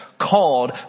called